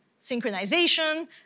Synchronization